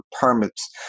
permits